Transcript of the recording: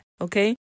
Okay